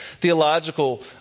theological